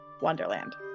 wonderland